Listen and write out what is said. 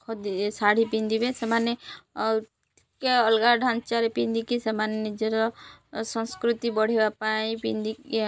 ଖଦୀ ଏ ଶାଢ଼ୀ ପିନ୍ଧିବେ ସେମାନେ ଟିକେ ଅଲଗା ଢାଞ୍ଚାରେ ପିନ୍ଧିକି ସେମାନେ ନିଜର ସଂସ୍କୃତି ବଢ଼ିବା ପାଇଁ ପିନ୍ଧିକି